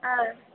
ஆ